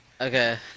Okay